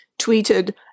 tweeted